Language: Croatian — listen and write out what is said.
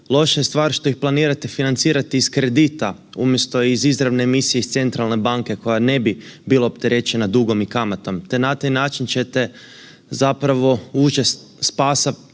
loša je stvar što ih planirate financirati iz kredita umjesto iz izravne emisije iz centralne banke koja ne bi bilo opterećena dugom i kamatom te na taj način ćete zapravo uže spasa